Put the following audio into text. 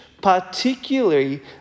particularly